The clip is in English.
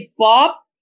Pop